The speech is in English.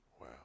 Wow